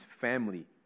family